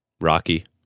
Rocky